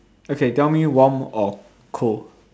okay tell me warm or cold